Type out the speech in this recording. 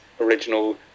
original